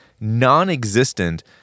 non-existent